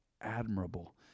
admirable